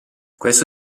questo